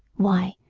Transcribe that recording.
why,